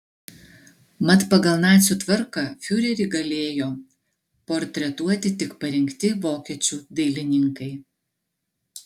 mat pagal nacių tvarką fiurerį galėjo portretuoti tik parinkti vokiečių dailininkai